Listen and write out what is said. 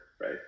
right